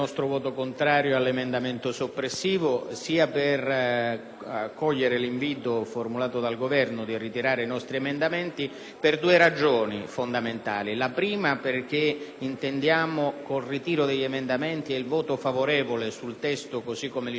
accogliere l'invito formulato dal Governo a ritirare i nostri emendamenti. Lo facciamo per due ragioni fondamentali: in primo luogo, perché intendiamo, con il ritiro degli emendamenti e il voto favorevole sul testo così come licenziato dalle Commissioni, sottolineare l'unità